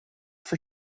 for